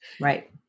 Right